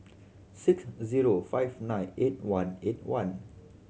six zero five nine eight one eight one